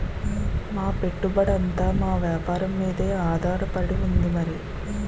మా పెట్టుబడంతా మా వేపారం మీదే ఆధారపడి ఉంది మరి